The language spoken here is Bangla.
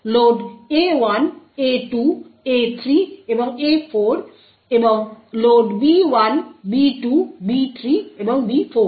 লোড A1 A2 A3 এবং A4 এবং লোড B1 B2 B3 এবং B4